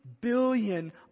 billion